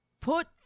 put